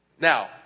Now